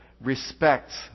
respects